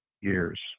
years